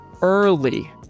early